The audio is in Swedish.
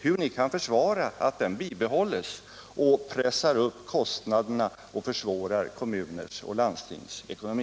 Hur kan ni försvara att den bibehålls och pressar upp kostnaderna och försvårar kommuners och landstings ekonomi?